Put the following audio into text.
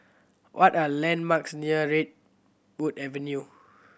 what are landmarks near Redwood Avenue